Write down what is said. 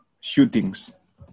shootings